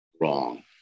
Wrong